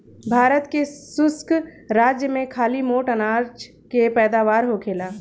भारत के शुष्क राज में खाली मोट अनाज के पैदावार होखेला